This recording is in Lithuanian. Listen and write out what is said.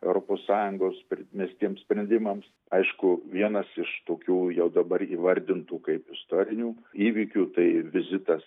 europos sąjungos primestiems sprendimams aišku vienas iš tokių jau dabar įvardintų kaip istorinių įvykių tai vizitas